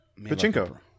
Pachinko